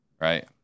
right